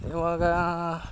ಇವಾಗ